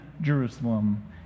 Jerusalem